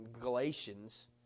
Galatians